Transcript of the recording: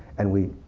and we